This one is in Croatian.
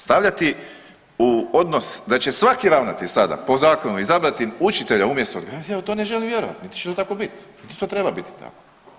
Stavljati u odnos da će svaki ravnatelj sada po zakonu izabrati učitelja umjesto odgajatelja ja u to ne želim vjerovat niti će to tako bit, niti to treba biti tako.